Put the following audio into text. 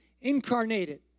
incarnated